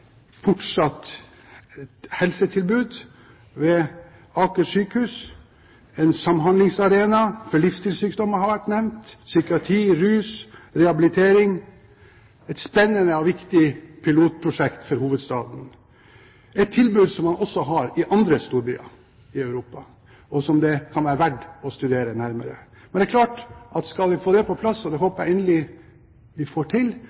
et fortsatt helsetilbud ved Aker sykehus. En samhandlingsarena for livsstilssykdommer har vært nevnt, psykiatri, rus, rehabilitering – et spennende og viktig pilotprosjekt for hovedstaden. Dette er tilbud som man også har i andre storbyer i Europa, og som det kan være verdt å studere nærmere. Men det er klart at skal vi få dette på plass – og det håper jeg inderlig vi får til